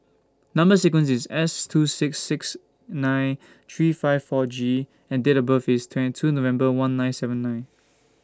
Number sequence IS S two six six nine three five four G and Date of birth IS twenty two November one nine seven nine